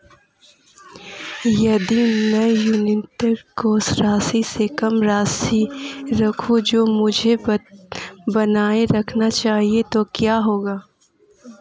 यदि मैं न्यूनतम शेष राशि से कम राशि रखूं जो मुझे बनाए रखना चाहिए तो क्या होगा?